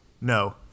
No